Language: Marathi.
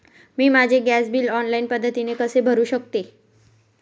मी माझे गॅस बिल ऑनलाईन पद्धतीने कसे भरु शकते?